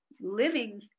living